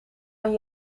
aan